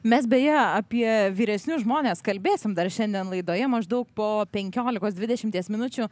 mes beje apie vyresnius žmones kalbėsim dar šiandien laidoje maždaug po penkiolikos dvidešimties minučių